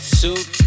suit